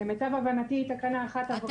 למיטב הבנתי, תקנה אחת עברה.